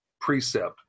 Precept